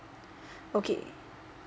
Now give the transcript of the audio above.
okay